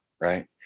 right